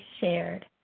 shared